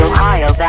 Ohio